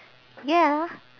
ya